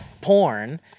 porn